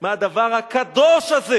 מהדבר הקדוש הזה